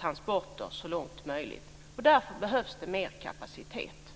transporter. Därför behövs det mer kapacitet.